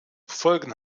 befolgen